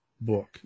book